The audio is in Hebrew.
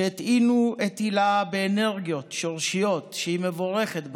שהטעינו את הילה באנרגיות שורשיות שהיא מבורכת בהן.